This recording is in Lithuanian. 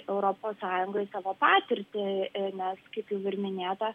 europos sąjungoj savo patirtį nes kaip jau ir minėta